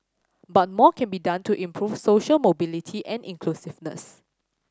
but more can be done to improve social mobility and inclusiveness